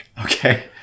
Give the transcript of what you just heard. Okay